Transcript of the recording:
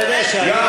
אתה יודע שהיום,